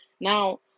Now